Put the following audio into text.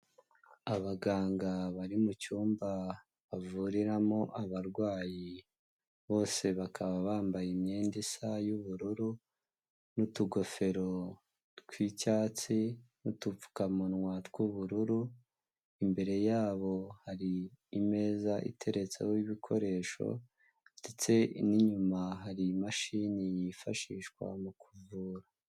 Abaganga bari mu cyumba bavuriramo abarwayi, bose bakaba bambaye imyenda isa y'ubururu n'utugofero tw'icyatsi n'udupfukamunwa tw'ubururu, imbere yabo hari imeza iteretseho ibikoresho ndetse n'inyuma hari imashini yifashishwa mu kuvura.